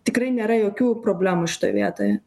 tikrai nėra jokių problemų šitoj vietoj